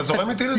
אתה זורם איתי בזה?